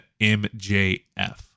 MJF